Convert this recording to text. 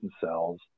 cells